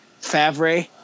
Favre